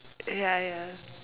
ya ya